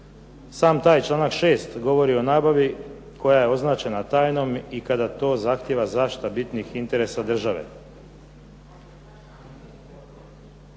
Sam taj članak 6. govori o nabavi koja je označena tajnom i kada to zahtjeva zaštita bitnih interesa države.